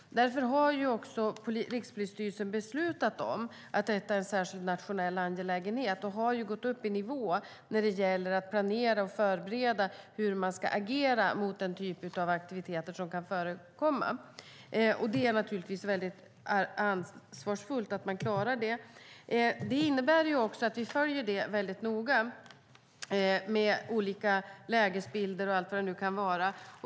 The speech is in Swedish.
Därför har också Rikspolisstyrelsen beslutat om att detta är en särskild nationell angelägenhet och har gått upp i nivå när det gäller att planera och förbereda hur man ska agera mot den typ av aktiviteter som kan förekomma. Det är väldigt ansvarsfullt att man klarar det. Det innebär också att vi följer det väldigt noga med olika lägesbilder och allt vad det nu kan vara.